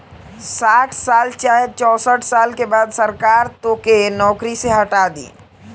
साठ साल चाहे चौसठ साल के बाद सरकार तोके नौकरी से हटा दी